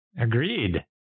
Agreed